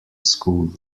school